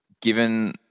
given